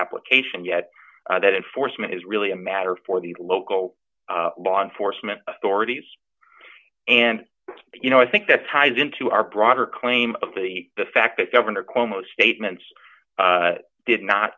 application yet that enforcement is really a matter for the local law enforcement authorities and you know i think that ties into our broader claim of the the fact that governor cuomo statements did not